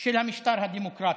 של המשטר הדמוקרטי: